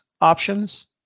options